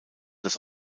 das